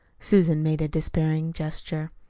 susan made a despairing gesture.